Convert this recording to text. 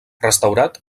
restaurat